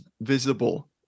visible